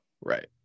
Right